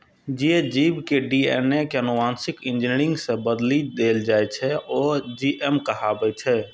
जे जीव के डी.एन.ए कें आनुवांशिक इंजीनियरिंग सं बदलि देल जाइ छै, ओ जी.एम कहाबै छै